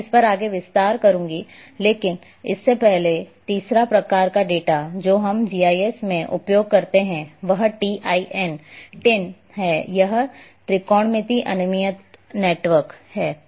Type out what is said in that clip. मैं इस पर आगे विस्तार करूंगा लेकिन इससे पहले तीसरे प्रकार का डेटा जो हम जीआईएस में उपयोग करते हैं वह टिन है यह त्रिकोणित अनियमित नेटवर्क है